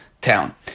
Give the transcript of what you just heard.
town